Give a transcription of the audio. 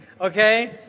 Okay